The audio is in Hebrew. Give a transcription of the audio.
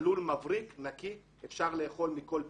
הלול מבריק, נקי ואפשר לאכול מכל פינה.